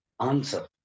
answer